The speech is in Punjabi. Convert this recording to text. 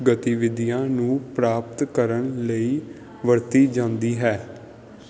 ਗਤਵਿਧੀਆਂ ਨੂੰ ਪ੍ਰਾਪਤ ਕਰਨ ਲਈ ਵਰਤੀ ਜਾਂਦੀ ਹੈ